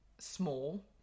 small